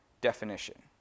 definition